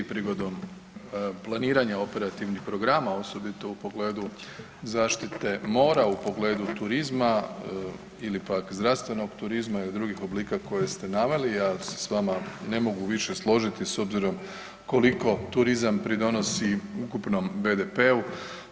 Prigodom planiranja operativnih programa osobito u pogledu zaštite mora, u pogledu turizma ili pak zdravstvenog turizma ili drugih oblika koje ste naveli ja se s vama ne mogu više složiti s obzirom koliko turizam pridonosi ukupnom BDP-u.